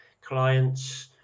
clients